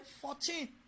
fourteen